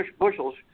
bushels